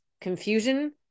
confusion